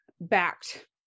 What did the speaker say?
backed